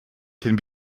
can